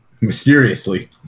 Mysteriously